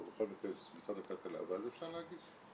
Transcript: בכל מקרה --- משרד הכלכלה ואז אפשר להגיש.